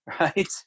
Right